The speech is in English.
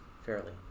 fairly